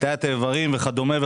קטיעת איברים וכולי,